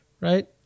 right